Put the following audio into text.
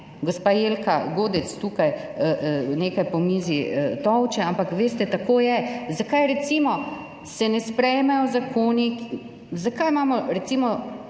Gospa Jelka Godec tukaj nekaj po mizi tolče, ampak veste, tako je. Zakaj, recimo, se ne sprejmejo zakoni? Zakaj imamo, recimo,